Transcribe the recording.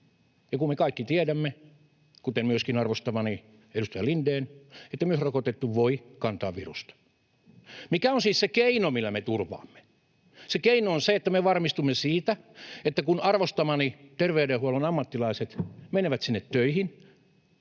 kun me kaikki tiedämme — kuten myöskin arvostamani edustaja Lindén — että myös rokotettu voi kantaa virusta? Mikä on siis se keino, millä me turvaamme? Se keino on varmistua siitä, että kun arvostamani terveydenhuollon ammattilaiset menevät aamulla töihin,